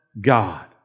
God